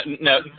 no